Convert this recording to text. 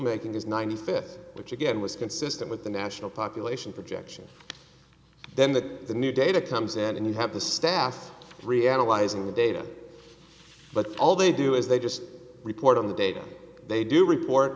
making is ninety fifth which again was consistent with the national population projections then the new data comes in and you have the staff reanalyzing the data but all they do is they just report on the data they do report